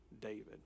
David